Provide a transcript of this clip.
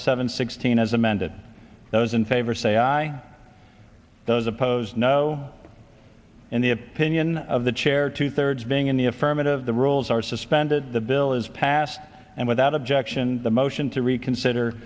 seven sixteen as amended those in favor say aye those opposed no in the opinion of the chair two thirds being in the affirmative the rules are suspended the bill is passed and without objection the motion to reconsider